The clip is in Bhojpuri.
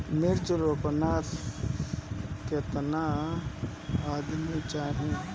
मिर्च रोपेला केतना आदमी चाही?